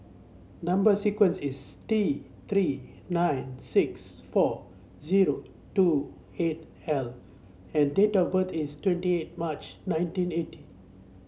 number sequence is T Three nine six four zero two eight L and date of birth is twenty eight March nineteen eighty